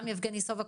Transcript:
גם יבגני סובה,